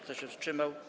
Kto się wstrzymał?